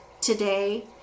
today